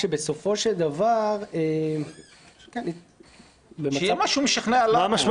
כשבסופו של דבר --- שיהיה משהו משכנע למה.